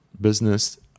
business